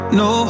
no